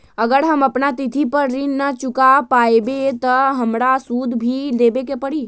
अगर हम अपना तिथि पर ऋण न चुका पायेबे त हमरा सूद भी देबे के परि?